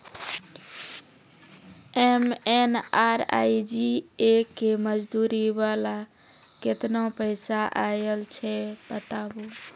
MNREGA के मज़दूरी वाला केतना पैसा आयल छै बताबू?